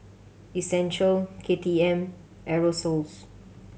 Essential K T M Aerosoles